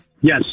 Yes